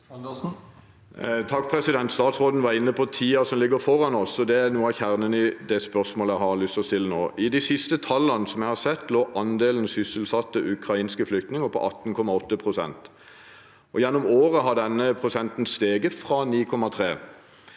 Andersen (FrP) Stats- råden var inne på tiden som ligger foran oss, og det er noe av kjernen i det spørsmålet jeg har lyst til å stille nå. I de siste tallene jeg har sett, lå andelen sysselsatte ukrainske flyktninger på 18,8 pst. Gjennom året har denne prosenten steget fra 9,3